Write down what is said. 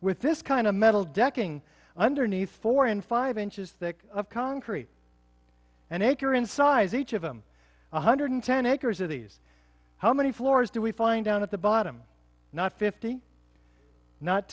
with this kind of metal decking underneath four and five inches thick of concrete and anchor in size each of them one hundred ten acres of these how many floors do we find out at the bottom not fifty not